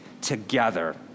together